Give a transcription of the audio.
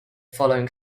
following